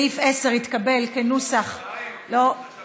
הסתייגות